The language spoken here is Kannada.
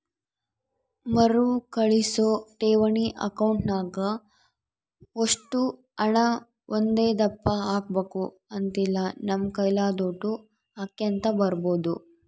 ಮರುಕಳಿಸೋ ಠೇವಣಿ ಅಕೌಂಟ್ನಾಗ ಒಷ್ಟು ಹಣ ಒಂದೇದಪ್ಪ ಹಾಕ್ಬಕು ಅಂತಿಲ್ಲ, ನಮ್ ಕೈಲಾದೋಟು ಹಾಕ್ಯಂತ ಇರ್ಬೋದು